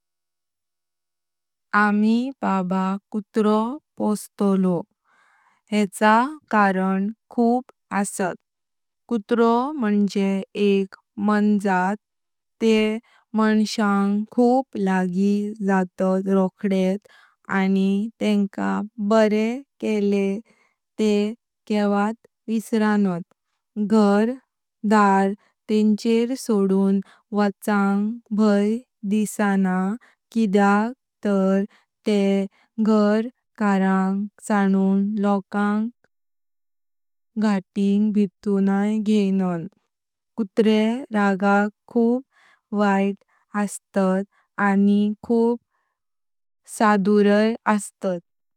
आमि बाबा कुत्रो पोस्टलाय। हेचे कारण खूंप असात, कुत्रो मुञ्जे एक मञ्जात तेह मणशाक खूंप लागी जाता रोकदेत आनि तेंका बरे केले तेह केन्नात विसर्णात। घर दार तेंचर सोडून वचांग भाई दिसाना किद्याक तार तेह घर कारंग सानून लोकांक गती भीतूनुई घेणात। कुत्रे रागाक खूंप वैत अस्तात आनि खूंप सदुरुई अस्तात।